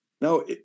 Now